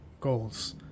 goals